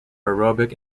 aerobic